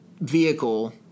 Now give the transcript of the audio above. vehicle